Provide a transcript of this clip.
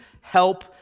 help